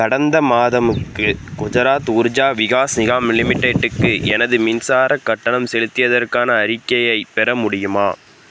கடந்த மாதமுக்கு குஜராத் உர்ஜா விகாஸ் நிகாம் லிமிடெட்டுக்கு எனது மின்சாரக் கட்டணம் செலுத்தியதற்கான அறிக்கையைப் பெற முடியுமா